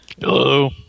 hello